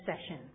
session